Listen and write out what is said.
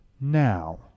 now